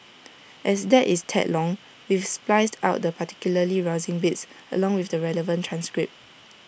as that is A tad long we've spliced out the particularly rousing bits along with the relevant transcript